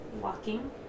walking